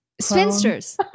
spinsters